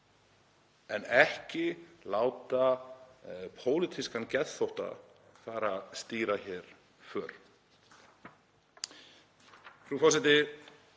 en ekki láta pólitískan geðþótta fara að ráða hér för.